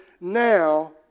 now